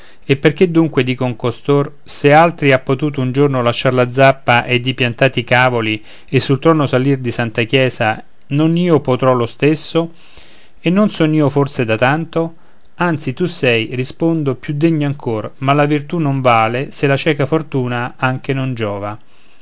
e perché dunque dicon costor se altri ha potuto un giorno lasciar la zappa ed i piantati cavoli e sul trono salir di santa chiesa non io potrò lo stesso e non son io forse da tanto anzi tu sei rispondo più degno ancor ma la virtù non vale se la cieca fortuna anche non giova